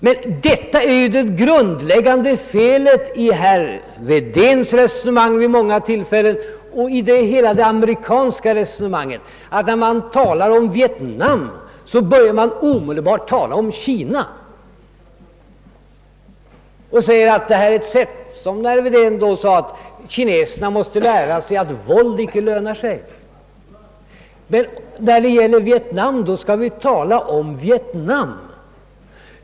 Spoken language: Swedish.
Men det grundläggande felet i herr Wedéns resonemang vid många tillfällen och i hela det ameri kanska resonemanget är ju att när man talar om Vietnam, så börjar man omedelbart också tala om Kina och säger, som herr Wedén gjort, att kineserna måste lära sig att våld icke lönar sig. Nej, när det gäller Vietnam, då skall vi tala om Vietnam.